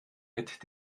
mit